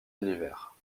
univers